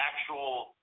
actual